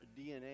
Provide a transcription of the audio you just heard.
DNA